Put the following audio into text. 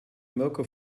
mirco